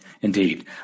Indeed